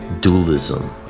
dualism